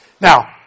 Now